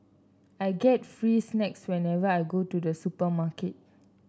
I get free snacks whenever I go to the supermarket